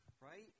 right